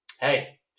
hey